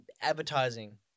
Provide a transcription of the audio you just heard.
Advertising